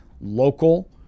local